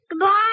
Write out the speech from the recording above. Goodbye